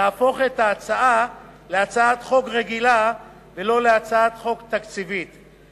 תהפוך את ההצעה להצעת חוק רגילה ולא להצעת חוק תקציבית,